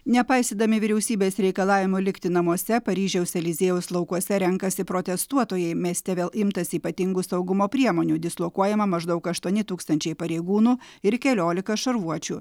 nepaisydami vyriausybės reikalavimo likti namuose paryžiaus eliziejaus laukuose renkasi protestuotojai mieste vėl imtasi ypatingų saugumo priemonių dislokuojama maždaug aštuoni tūkstančiai pareigūnų ir keliolika šarvuočių